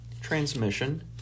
transmission